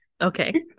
Okay